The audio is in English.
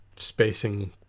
spacing